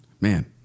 Man